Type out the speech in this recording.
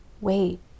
wait